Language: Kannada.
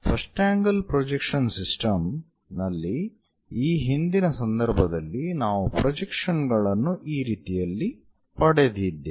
ಫಸ್ಟ್ ಆಂಗಲ್ ಪ್ರೊಜೆಕ್ಷನ್ ಸಿಸ್ಟಮ್ ನಲ್ಲಿ ಈ ಹಿಂದಿನ ಸಂದರ್ಭದಲ್ಲಿ ನಾವು ಪ್ರೊಜೆಕ್ಷನ್ ಗಳನ್ನು ಈ ರೀತಿಯಲ್ಲಿ ಪಡೆದಿದ್ದೇವೆ